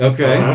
Okay